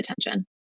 attention